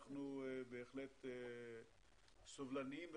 אנחנו בהחלט סבלניים,